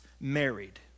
married